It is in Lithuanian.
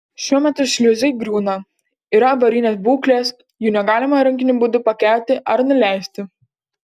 šiuo metu šliuzai griūna yra avarinės būklės jų negalima rankiniu būdu pakelti ar nuleisti